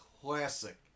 classic